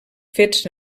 fets